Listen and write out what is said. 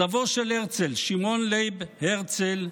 סבו של הרצל, שמעון לייב הרצל,